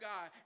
God